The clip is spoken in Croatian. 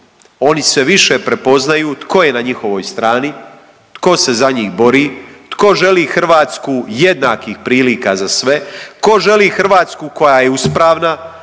Oni sve više prepoznaju tko je na njihovoj strani, tko se za njih bori, tko želi Hrvatsku jednakih prilika za sve, tko želi Hrvatsku koja je uspravna,